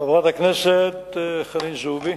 חברת הכנסת חנין זועבי,